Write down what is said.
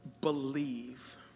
believe